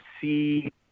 see –